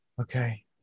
Okay